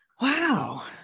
Wow